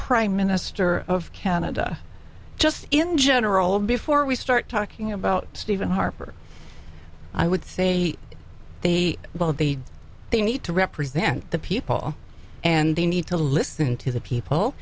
prime minister of canada just in general before we start talking about stephen harper i would say they both they they need to represent the people and they need to listen to the people